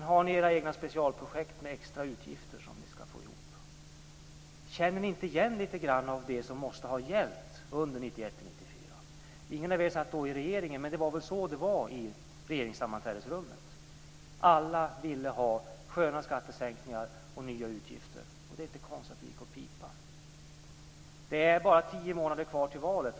Ni har också era egna specialprojekt med extra utgifter som ni skall få ihop. Känner ni inte litet grand igen det som måste ha gällt under perioden 1991-1994? Ingen av er satt då med i regeringen, men det var väl så i regeringssammanträdesrummet att alla ville ha sköna skattesänkningar och nya utgifter. Det är inte konstigt att det gick åt pipan. Nu är det bara tio månader kvar till valet.